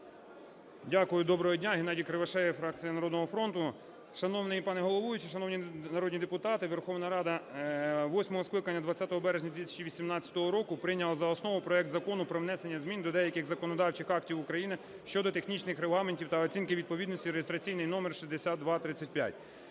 Дякую. Доброго дня. Геннадій Кривошея, фракція "Народного фронту". Шановний пане головуючий, шановні народні депутати, Верховна Рада восьмого скликання 20 березня 2018 року прийняла за основу проект Закону про внесення змін до деяких законодавчих актів України щодо технічних регламентів та оцінки відповідності (реєстраційний номер 6235),